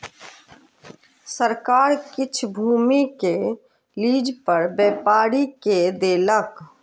सरकार किछ भूमि के लीज पर व्यापारी के देलक